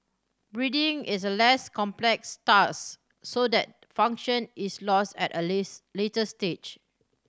breathing is a less complex task so that function is lost at a less later stage